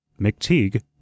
McTeague